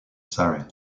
sarah